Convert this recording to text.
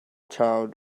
child